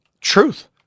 Truth